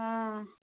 ଆଃ